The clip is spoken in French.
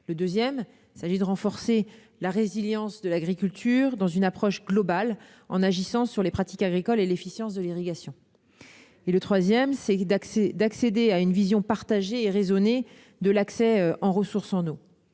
deuxièmement, renforcer la résilience de l'agriculture dans une approche globale, en agissant sur les pratiques agricoles et l'efficience de l'irrigation, troisièmement, accéder à une vision partagée et raisonnée de l'accès aux ressources en eau.